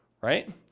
right